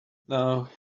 now